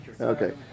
Okay